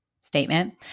statement